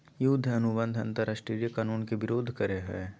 युद्ध अनुबंध अंतरराष्ट्रीय कानून के विरूद्ध करो हइ